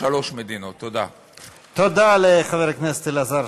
תודה רבה לחבר הכנסת משה גפני.